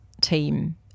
team